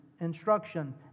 instruction